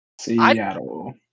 Seattle